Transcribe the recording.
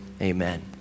Amen